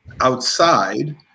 outside